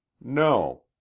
No